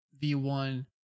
V1